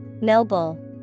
Noble